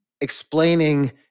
explaining